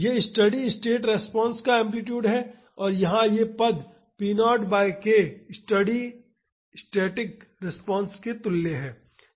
यह steady state response का amplitude है और यहाँ यह पद p0 by k static response के तुल्य है